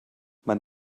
man